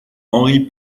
henri